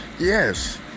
yes